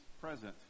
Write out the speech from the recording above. present